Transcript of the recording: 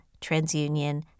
TransUnion